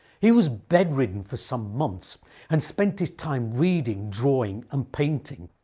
he was bedridden for some months and spent his time reading, drawing and painting.